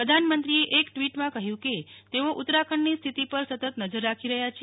પ્રધાનમંત્રીએ એક ટ્વીટમાં કહ્યું કે તેઓ ઉત્તરાખંડની સ્થિતિ પર સતત નજર રાખી રહ્યા છે